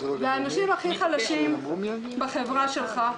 לאנשים הכי חלשים בחברה שלך,